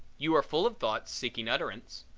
you are full of thoughts seeking utterance.